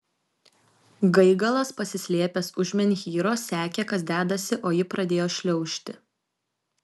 gaigalas pasislėpęs už menhyro sekė kas dedasi o ji pradėjo šliaužti